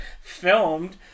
filmed